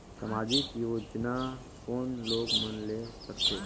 समाजिक योजना कोन लोग मन ले सकथे?